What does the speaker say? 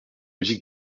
musique